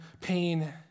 pain